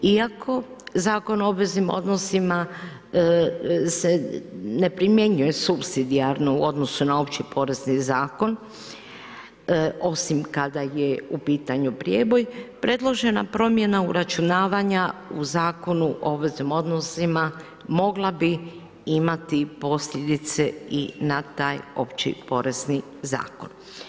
Iako Zakon o obveznim odnosima se ne primjenjuje supsidijarno u odnosu na opći porezni zakon, osim kada je u pitanju preboj, predložena promjena uračunavanju u Zakonu o obveznim odnosima mogla bi imati posljedice i na taj opći porezni zakon.